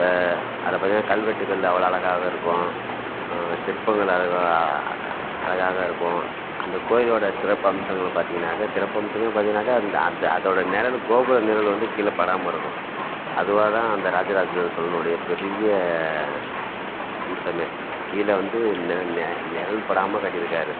இப்போ அதில் பார்த்தினா கல்வெட்டுகள் அவ்வளோ அழகாக இருக்கும் சிற்பங்கள் அழகா அழகாக இருக்கும் அந்த கோயிலோடய சிறப்பம்சங்கள்னு பார்த்தீங்கன்னாக்கா சிறப்பம்சமே பார்த்தீங்கன்னாக்கா அந்த அந்த அதோடய நிழலு கோபுரம் நிழல் வந்து கீழே படாமல் இருக்கும் அதுவாக தான் அந்த ராஜ ராஜ சோழனுடைய பெரிய அம்சமே கீழே வந்து நெ நெ நிழல் படாமல் கட்டியிருக்காரு